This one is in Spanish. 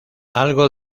algo